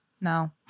No